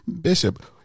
Bishop